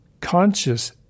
Conscious